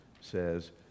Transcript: says